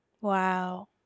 Wow